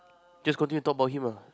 just continue to talk about him lah